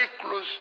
close